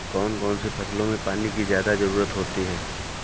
कौन कौन सी फसलों में पानी की ज्यादा ज़रुरत होती है?